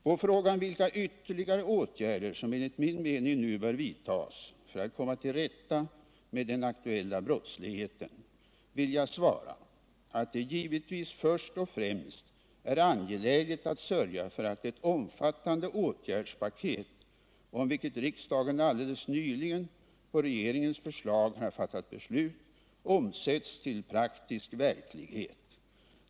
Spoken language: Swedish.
På frågan vilka ytterligare åtgärder som enligt min mening nu bör vidtas för att komma till rätta med den aktuella brottsligheten vill jag svara att det givetvis först och främst är angeläget att sörja för att det omfattande åtgärdspaket, om viket riksdagen alldeles nyligen på regeringens förslag har fattat beslut, omsätts till praktisk verklighet.